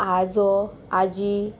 आजो आजी